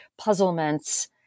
puzzlements